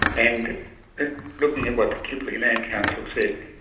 and looking at what the kimberley land council says,